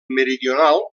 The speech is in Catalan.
meridional